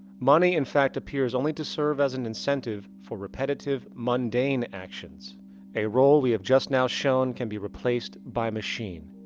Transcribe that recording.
money, in fact, appears only to serve as an incentive for repetitive, mundane actions a role we have just now shown can be replaced by machine.